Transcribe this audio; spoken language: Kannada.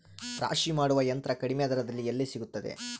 ರಾಶಿ ಮಾಡುವ ಯಂತ್ರ ಕಡಿಮೆ ದರದಲ್ಲಿ ಎಲ್ಲಿ ಸಿಗುತ್ತದೆ?